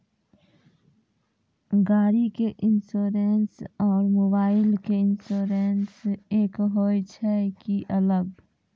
गाड़ी के इंश्योरेंस और मोबाइल के इंश्योरेंस एक होय छै कि अलग?